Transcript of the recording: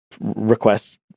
request